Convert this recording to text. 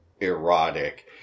erotic